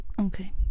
Okay